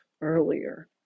earlier